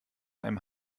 einem